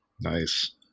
Nice